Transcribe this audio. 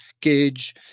gauge